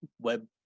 web